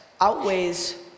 outweighs